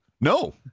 No